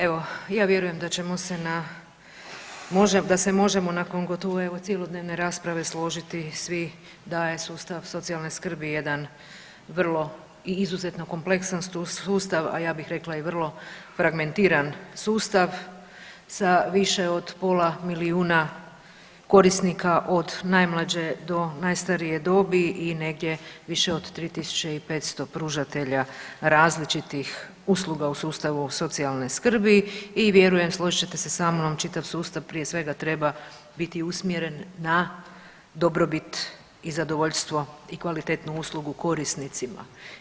Evo ja vjerujem da ćemo se na, da se možemo nakon gotovo evo cjelodnevne rasprave složiti svi da je sustav socijalne skrbi jedan vrlo i izuzetno kompleksan sustav, a ja bih rekla i vrlo fragmentiran sustav sa više od pola milijuna korisnika od najmlađe do najstarije dobi i negdje više od 3.500 pružatelja različitih usluga u sustavu socijalne skrbi i vjerujem, složit ćete se sa mnom, čitav sustav prije svega treba biti usmjeren na dobrobit i zadovoljstvo i kvalitetnu uslugu korisnicima.